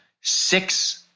six